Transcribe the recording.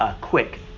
quick